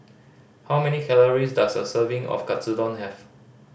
how many calories does a serving of Katsudon have